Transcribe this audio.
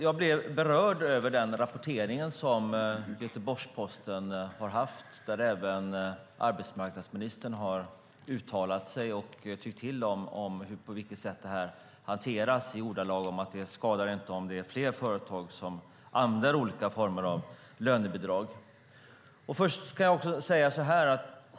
Jag blev berörd över den rapportering som Göteborgs-Posten haft och där arbetsmarknadsministern har uttalat sig och tyckt till på vilket sätt det här hanterats med ordalag att det inte skadar om det är fler företag som använder olika former av lönebidrag.